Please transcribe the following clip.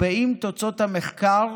ואם תוצאות המחקר